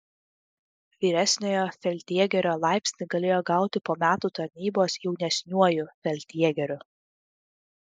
vyresniojo feldjėgerio laipsnį galėjo gauti po metų tarnybos jaunesniuoju feldjėgeriu